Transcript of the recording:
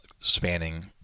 spanning